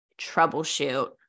troubleshoot